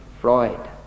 Freud